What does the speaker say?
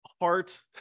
heart